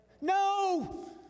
no